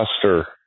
Cluster